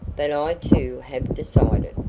but i too have decided.